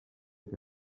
que